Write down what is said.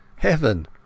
Heaven